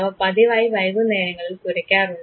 അവ പതിവായി വൈകുന്നേരങ്ങളിൽ കുരയ്ക്കാറുണ്ട്